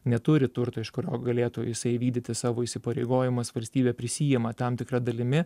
neturi turto iš kurio galėtų jisai įvykdyti savo įsipareigojimus valstybė prisiima tam tikra dalimi